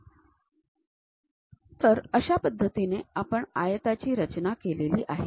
तर अशा पद्धतीने आपण आयताची रचना केली आहे